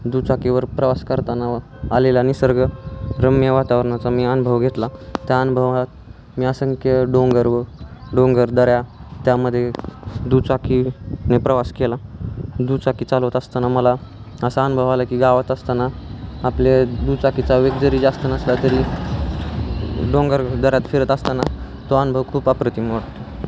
दुचाकीवर प्रवास करताना आलेला निसर्गरम्य वातावरणाचा मी अनुभव घेतला त्या अनुभवात मी असंख्य डोंगर व डोंगर दऱ्या त्यामध्ये दुचाकीने प्रवास केला दुचाकी चालवत असताना मला असा अनुभव आला की गावात असताना आपले दुचाकीचा वेग जरी जास्त नसला तरी डोंगरदऱ्यात फिरत असताना तो अनुभव खूप अप्रतिम वाटतो